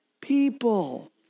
people